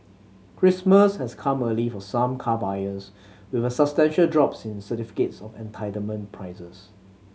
Christmas has come early for some car buyers with a substantial drops in certificates of entitlement prices